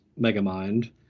Megamind